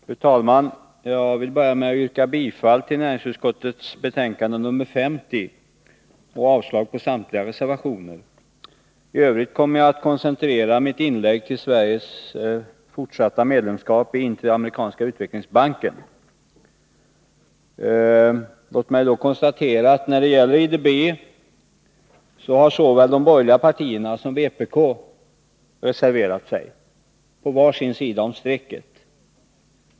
Fru talman! Jag vill börja med att yrka bifall till näringsutskottets hemställan i dess betänkande nr 50 och avslag på samtliga reservationer. I övrigt kommer jag att koncentrera mitt inlägg till Sveriges fortsatta medlemskap i Interamerikanska utvecklingsbanken. Låt mig då konstatera att när det gäller IDB så har såväl de borgerliga partierna som vpk reserverat sig på var sin sida om strecket så att säga.